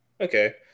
Okay